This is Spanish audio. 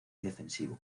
defensivo